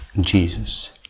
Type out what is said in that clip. Jesus